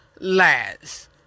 lads